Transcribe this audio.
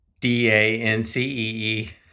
d-a-n-c-e-e